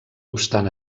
obstant